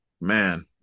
man